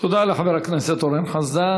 תודה לחבר הכנסת אורן חזן.